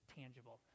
tangible